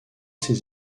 ses